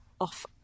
off